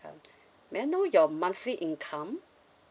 um may I know your monthly income